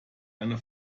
eine